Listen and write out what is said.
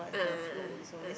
a'ah a'ah